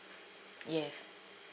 yes